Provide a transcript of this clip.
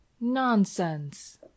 Nonsense